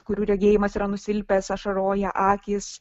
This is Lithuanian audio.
kurių regėjimas yra nusilpęs ašaroja akys